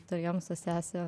turėjom su sese